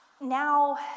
now